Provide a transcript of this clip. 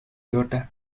daughter